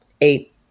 eight